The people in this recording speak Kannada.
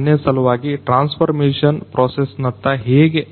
0 ಸಲುವಾಗಿ ಟ್ರಾನ್ಸ್ಫರ್ ಮೇಷನ್ ಪ್ರೋಸಸ್ ನತ್ತ ಹೇಗೆ